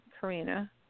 Karina